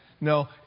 No